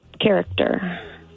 character